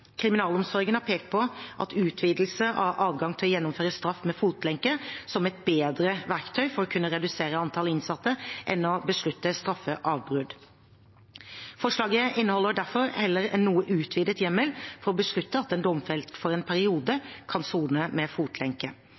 Kriminalomsorgen har pekt på utvidelse av adgangen til å gjennomføre straff med fotlenke som et bedre verktøy for å kunne redusere antallet innsatte enn å beslutte straffeavbrudd. Forslaget inneholder derfor heller en noe utvidet hjemmel for å beslutte at en domfelt for en periode kan sone med fotlenke.